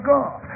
God